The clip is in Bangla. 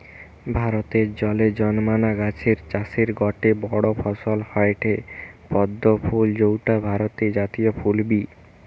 ভারতে জলে জন্মানা গাছের চাষের গটে বড় ফসল হয়ঠে পদ্ম ফুল যৌটা ভারতের জাতীয় ফুল বি